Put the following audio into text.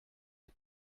que